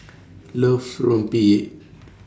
loves Rempeyek